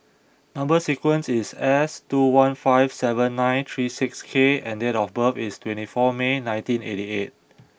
number sequence is S two one five seven nine three six K and date of birth is twenty four May nineteen eighty eight